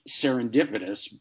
serendipitous